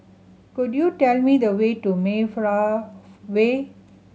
could you tell me the way to Mayflower Way